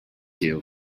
you